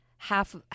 Half